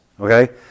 okay